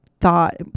thought